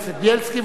בילסקי,